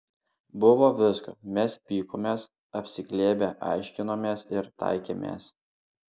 buvo visko mes pykomės apsiglėbę aiškinomės ir taikėmės